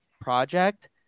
project